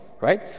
right